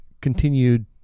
continued